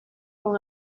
con